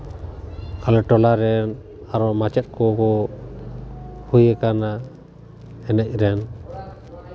ᱟᱞᱮ ᱴᱚᱞᱟ ᱨᱮᱱ ᱟᱨᱚ ᱢᱟᱪᱮᱫ ᱠᱚᱠᱚ ᱦᱩᱭ ᱟᱠᱟᱱᱟ ᱮᱱᱮᱡ ᱨᱮᱱ